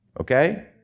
okay